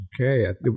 Okay